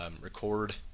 record